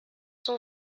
son